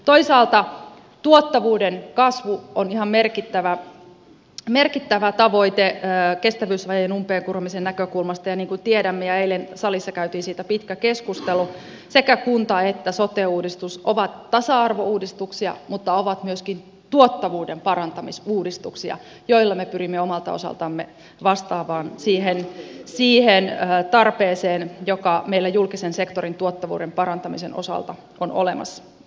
toisaalta tuottavuuden kasvu on ihan merkittävä tavoite kestävyysvajeen umpeen kuromisen näkökulmasta ja niin kuin tiedämme ja eilen salissa käytiin siitä pitkä keskustelu sekä kunta että sote uudistus ovat tasa arvouudistuksia mutta ovat myöskin tuottavuuden parantamisuudistuksia joilla me pyrimme omalta osaltamme vastaamaan siihen tarpeeseen joka meillä julkisen sektorin tuottavuuden parantamisen osalta on olemassa